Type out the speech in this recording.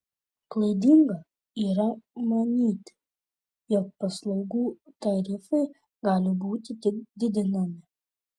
klaidinga yra manyti jog paslaugų tarifai gali būti tik didinami